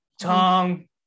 tong